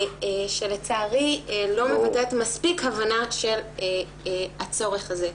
שלצערי לא מבטאת מספיק הבנה של הצורך הזה.